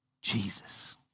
Jesus